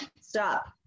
stop